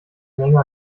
menge